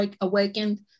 awakened